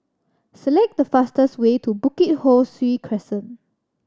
select the fastest way to Bukit Ho Swee Crescent